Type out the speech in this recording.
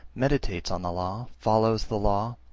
meditates on the law, follows the law,